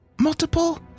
multiple